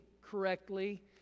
correctly